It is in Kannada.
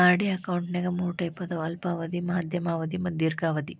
ಆರ್.ಡಿ ಅಕೌಂಟ್ನ್ಯಾಗ ಮೂರ್ ಟೈಪ್ ಅದಾವ ಅಲ್ಪಾವಧಿ ಮಾಧ್ಯಮ ಅವಧಿ ಮತ್ತ ದೇರ್ಘಾವಧಿ